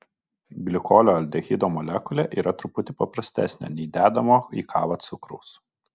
glikolio aldehido molekulė yra truputį paprastesnė nei dedamo į kavą cukraus